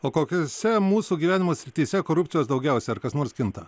o kokiose mūsų gyvenimo srityse korupcijos daugiausia ar kas nors kinta